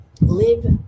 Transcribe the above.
Live